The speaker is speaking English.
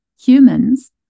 Humans